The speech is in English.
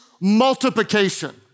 multiplication